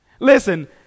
Listen